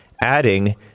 adding